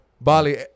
Bali